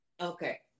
Okay